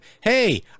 hey